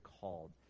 called